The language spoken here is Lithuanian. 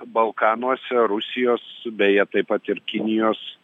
balkanuose rusijos beje taip pat ir kinijos